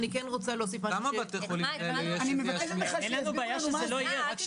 אני חושב שיש פה איזשהו